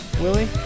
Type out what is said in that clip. Willie